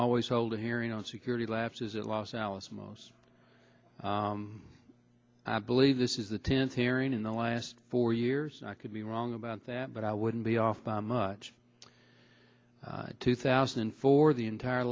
always hold a hearing on security lapses at los alamos i believe this is the tenth hearing in the last four years i could be wrong about that but i wouldn't be off by much two thousand and four the entire